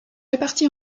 répartis